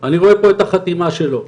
אני רואה פה את החתימה שלו,